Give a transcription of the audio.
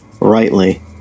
rightly